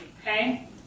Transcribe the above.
okay